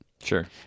Sure